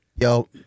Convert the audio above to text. Yo